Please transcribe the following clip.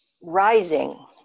rising